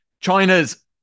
China's